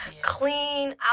clean